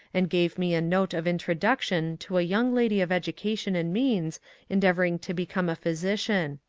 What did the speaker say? and gave me a note of introduction to a young lady of education and means endeavouring to become a physician.